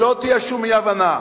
שלא תהיה שום אי-הבנה: